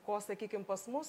ko sakykim pas mus